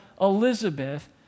Elizabeth